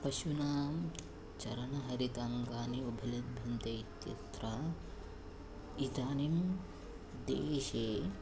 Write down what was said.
पशूनां चरणहरिताङ्गानि उभलभ्यन्ते इत्यत्र इदानीं देशे